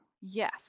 yes